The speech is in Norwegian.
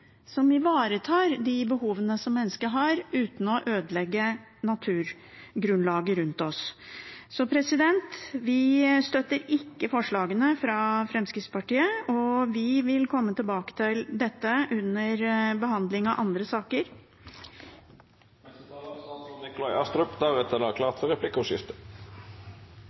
som ivaretar de behovene som mennesket har, uten å ødelegge naturgrunnlaget rundt oss. Vi støtter ikke forslagene fra Fremskrittspartiet, og vi vil komme tilbake til dette under behandlingen av andre saker. Regjeringen er